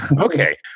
Okay